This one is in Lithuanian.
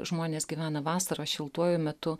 žmonės gyvena vasaros šiltuoju metu